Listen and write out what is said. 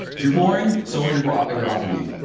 if you're boring, so will your ah your offer be.